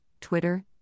Twitter